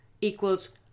equals